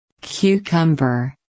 Cucumber